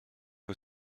que